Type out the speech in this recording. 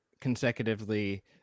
consecutively